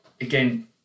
again